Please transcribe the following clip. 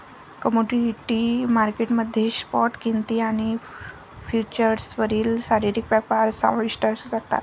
commodity market मध्ये spot किंमती आणि फ्युचर्सवरील शारीरिक व्यापार समाविष्ट असू शकतात